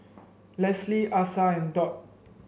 Leslie Asa and Dot